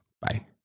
Bye